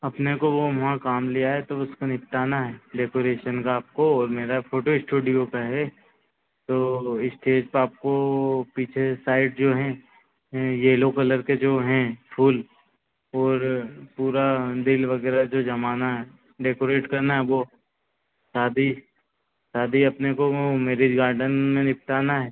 अपने को वो वहाँ काम लिया है तो उसको निपटाना है डेकोरेशन का आपको और मेरा फ़ोटो स्टूडियो का है तो इस्टेज पे आपको पीछे साइड जो हैं ये येलो कलर के जो हैं फूल और पूरा दिल वगैरह जो जमाना है डेकोरेट करना है वो शादी शादी अपने को वो मैरिज गार्डन में निपटाना है